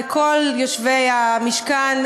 לכל יושבי המשכן,